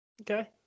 Okay